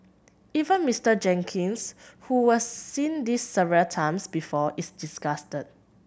even Mister Jenkins who was seen this several times before is disgusted